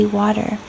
water